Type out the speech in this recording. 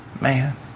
man